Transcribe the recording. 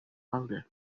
калды